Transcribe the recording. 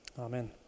Amen